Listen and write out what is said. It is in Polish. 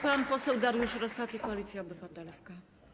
Pan poseł Dariusz Rosati, Koalicja Obywatelska.